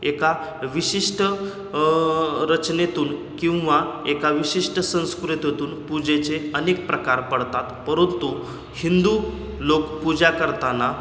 एका विशिष्ट रचनेतून किंवा एका विशिष्ट संस्कृतीतून पूजेचे अनेक प्रकार पडतात परंतु हिंदू लोक पूजा करताना